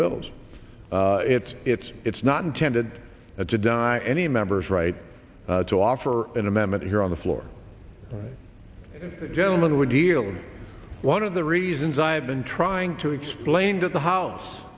bills it's it's it's not intended to die any members right to offer an amendment here on the floor the gentleman would yield one of the reasons i've been trying to explain to the house